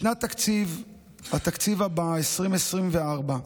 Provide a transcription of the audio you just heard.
בשנת תקציב התקציב הבאה, 2024,